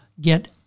get